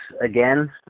again